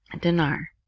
dinar